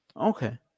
Okay